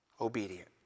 obedient